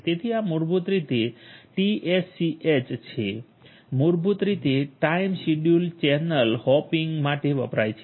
તેથી આ મૂળભૂત રીતે ટીએસસીએચ છે મૂળભૂત રીતે ટાઇમ શિડ્યુલ ચેનલ હોપિંગ માટે વપરાય છે